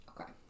Okay